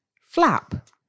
flap